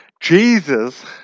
Jesus